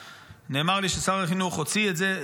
נאמר לי ששר החינוך הוציא את זה.